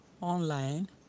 online